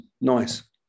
Nice